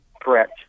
Correct